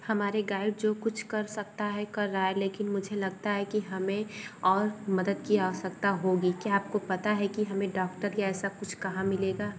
हमारा गाइड जो कुछ कर सकता है कर रहा है लेकिन मुझे लगता है कि हमें और मदद की आवश्यकता होगी क्या आपको पता है कि हमें डॉक्टर या ऐसा कुछ कहाँ मिलेगा